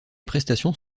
prestations